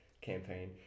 campaign